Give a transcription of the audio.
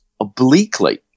obliquely